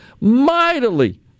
mightily